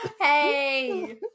Hey